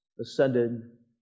ascended